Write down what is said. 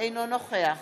אינו נוכח